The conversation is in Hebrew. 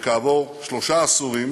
וכעבור שלושה עשורים